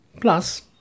Plus